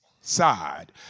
side